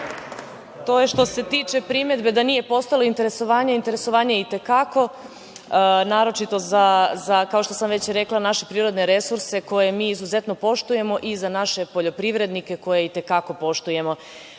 To je što se tiče primedbe da nije postojalo interesovanje. Interesovanje je i te kako, naročito za, kao što sam već rekla, naše prirodne resurse koje mi izuzetno poštujemo i za naše poljoprivrednike, koje i te kako poštujemo. Ono